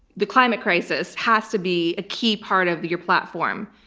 the climate crisis has to be a key part of your platform,